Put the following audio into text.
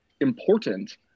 important